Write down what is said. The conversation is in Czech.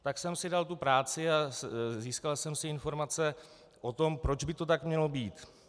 Tak jsem si dal tu práci a získal jsem si informace o tom, proč by to tak mělo být.